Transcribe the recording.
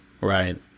right